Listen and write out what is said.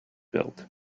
built